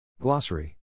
Glossary